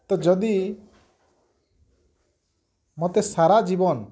ତ ଯଦି ମୋତେ ସାରା ଜୀବନ